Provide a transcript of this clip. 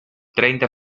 treinta